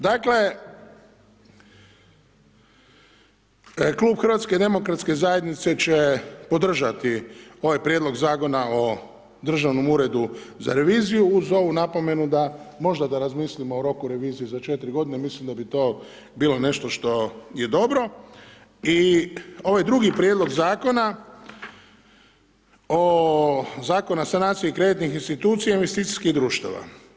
Dakle, klub HDZ-a će podržati ovaj Prijedlog Zakona o Državnom uredu za reviziju uz ovu napomenu, možda da razmislimo o roku revizije za 4 godine, mislim da bi to bilo nešto što je dobro i ovaj drugi Prijedlog Zakona o, Zakona o sanaciji kreditnih institucija i investicijskih društava.